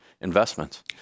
investments